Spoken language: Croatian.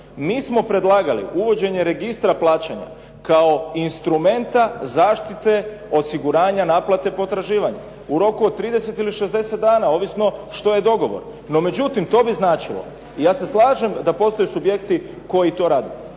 Mi smo predlagali uvođenje registra plaćanja kao instrumenta zaštite osiguranja naplate potraživanja u roku od 30 ili 60 dana, ovisno što je dogovor. No, međutim to bi značilo, ja se slažem da postoje subjekti koji to rade.